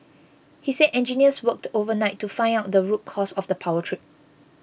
he said engineers worked overnight to find out the root cause of the power trip